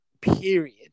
Period